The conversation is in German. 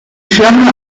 schlange